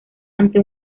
ante